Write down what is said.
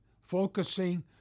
focusing